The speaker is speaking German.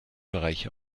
bereiche